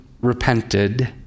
repented